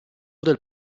del